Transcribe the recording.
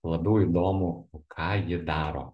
labiau įdomu ką ji daro